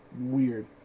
weird